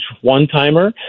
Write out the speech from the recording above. one-timer